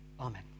Amen